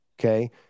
Okay